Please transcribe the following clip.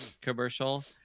commercial